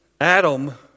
Adam